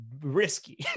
risky